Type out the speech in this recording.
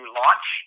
launch